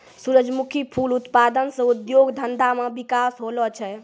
सुरजमुखी फूल उत्पादन से उद्योग धंधा मे बिकास होलो छै